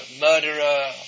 murderer